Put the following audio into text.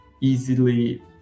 easily